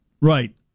right